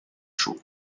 show